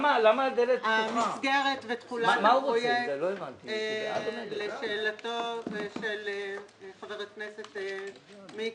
המסגרת ותחולת הפרויקט, לשאלתו של חבר הכנסת מיקי,